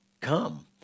come